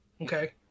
okay